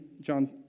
John